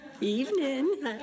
Evening